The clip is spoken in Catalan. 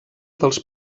dels